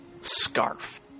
scarf